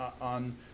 on